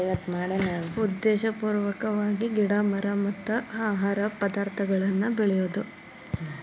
ಉದ್ದೇಶಪೂರ್ವಕವಾಗಿ ಗಿಡಾ ಮರಾ ಮತ್ತ ಆಹಾರ ಪದಾರ್ಥಗಳನ್ನ ಬೆಳಿಯುದು